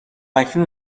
اکنون